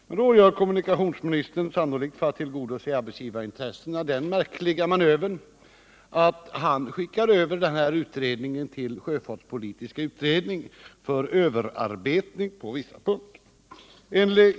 Men då gör kommunikationsministern, sannolikt för att tillgodose arbetsgivarintressena, den märkliga manövern att han skickar över utredningen till sjöfartspolitiska utredningen för överarbetning på vissa punkter.